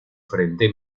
frente